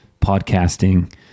podcasting